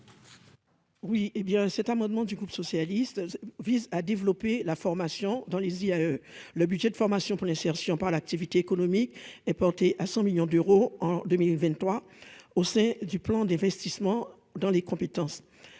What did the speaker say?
Oui, hé bien, cet amendement du groupe socialiste vise à développer la formation dans les il y a le budget de formation pour l'insertion par l'activité économique est porté à 100 millions d'euros en 2023 oh c'est du plan d'investissement dans les compétences